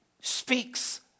speaks